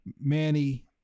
Manny